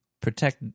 protect